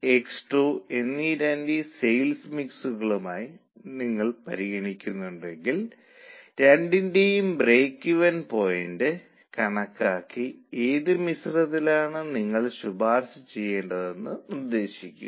ഉൽപന്നത്തിന്റെ ഓരോ യൂണിറ്റിനും എടുക്കുന്ന സമയം കുറയ്ക്കുന്നതിന് ഒരു ശമ്പളവും ഉൽപ്പാദനക്ഷമതയും വാഗ്ദാനം ചെയ്യാൻ നിർദ്ദേശിക്കുന്നു